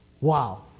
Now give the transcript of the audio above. wow